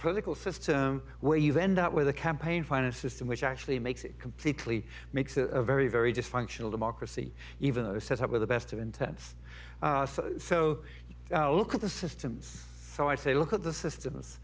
political system where you end up with a campaign finance system which actually makes it completely makes a very very dysfunctional democracy even though set up with the best of intense so look at the systems so i say look at the systems